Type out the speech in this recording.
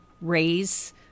raise